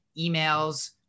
emails